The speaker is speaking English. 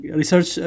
research